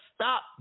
stop